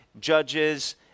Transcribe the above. Judges